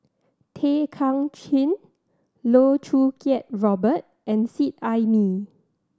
Tay Kay Chin Loh Choo Kiat Robert and Seet Ai Mee